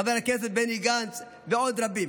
חבר הכנסת בני גנץ ועוד רבים.